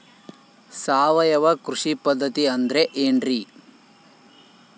ಸಾವಯವ ಕೃಷಿ ಪದ್ಧತಿ ಅಂದ್ರೆ ಏನ್ರಿ?